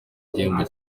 igihembo